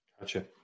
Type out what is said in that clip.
Gotcha